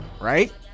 right